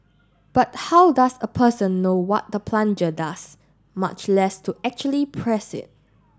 but how does a person know what the plunger does much less to actually press it